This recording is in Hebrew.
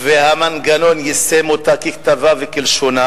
והמנגנון יישם אותה ככתבה וכלשונה,